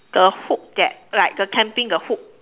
the hook that like the camping the hook